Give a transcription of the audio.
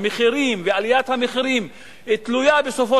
המחירים ועליית המחירים תלויים בסופו